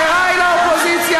תספח.